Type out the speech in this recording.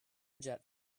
jet